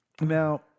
Now